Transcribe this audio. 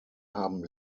haben